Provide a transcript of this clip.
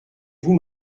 vous